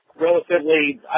relatively